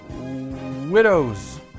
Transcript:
Widows